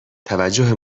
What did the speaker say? توجه